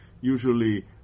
usually